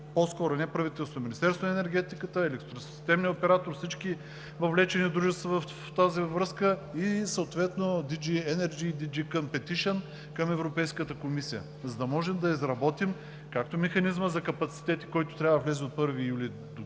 усърден диалог между Министерството на енергетиката, Електросистемния оператор, всички въвлечени дружества в тази връзка и съответно DG Energy и DG Competition към Европейската комисия, за да можем да изработим както механизма за капацитети, който трябва да влезе от 1 юли догодина,